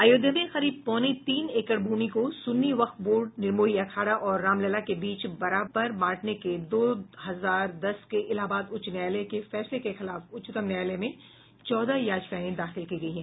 अयोध्या में करीब पौने तीन एकड़ भूमि को सुन्नी वक्फ बोर्ड निर्मोही अखाड़ा और रामलला के बीच बराबर बांटने के दो हजार दस के इलाहाबाद उच्च न्यायालय के फैसले के खिलाफ उच्चतम न्यायालय में चौदह याचिकाएं दाखिल की गई हैं